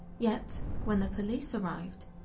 yet, when the police arrived,